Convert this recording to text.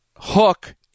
Hook